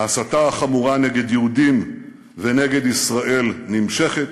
ההסתה החמורה נגד יהודים ונגד ישראל נמשכת.